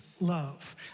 love